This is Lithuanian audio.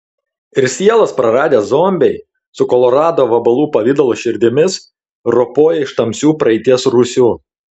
ir sielas praradę zombiai su kolorado vabalų pavidalo širdimis ropoja iš tamsių praeities rūsių